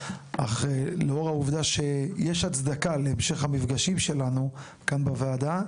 אך לאור העובדה שיש הצדקה להמשך המפגשים שלנו כאן בוועדה,